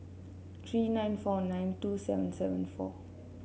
three nine four nine two seven seven four